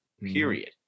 period